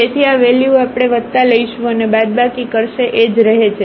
તેથી આ વેલ્યુ આપણે વત્તા લઈશું અને બાદબાકી કરશે એ જ રહે છે